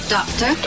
Doctor